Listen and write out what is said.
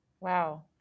Wow